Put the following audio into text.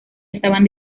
estaban